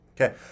Okay